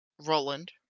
Roland